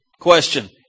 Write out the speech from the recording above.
question